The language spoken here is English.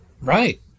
Right